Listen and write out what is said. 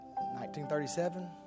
1937